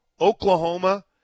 Oklahoma